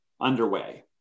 underway